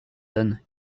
don